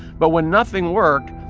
but when nothing worked,